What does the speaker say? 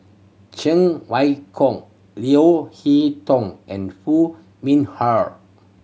Cheng Wai Keung Leo Hee Tong and Hoo Mee Har